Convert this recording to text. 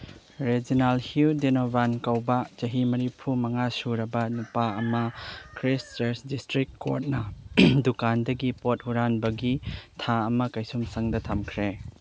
Reginald Hugh Donovan ꯀꯧꯕ ꯆꯍꯤ ꯃꯔꯤꯐꯨ ꯃꯉꯥ ꯁꯨꯔꯕ ꯅꯨꯄꯥ ꯑꯃ ꯈ꯭ꯔꯤꯁ ꯆꯔꯁ ꯗꯤꯁꯇ꯭ꯔꯤꯛ ꯀꯣꯔꯠꯅ ꯗꯨꯀꯥꯟꯗꯒꯤ ꯄꯣꯠ ꯍꯨꯔꯥꯟꯕꯒꯤ ꯊꯥ ꯑꯃ ꯀꯩꯁꯨꯝꯁꯪꯗ ꯊꯝꯈ꯭ꯔꯦ